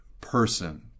person